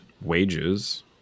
wages